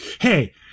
Hey